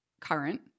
current